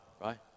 right